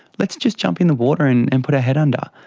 let's just jump in the water and and put our head under.